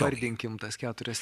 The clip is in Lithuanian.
vardinkim tas keturias